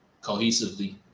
cohesively